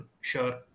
Sure